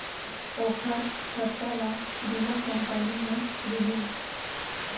ओखर खरचा ल बीमा कंपनी ह दिही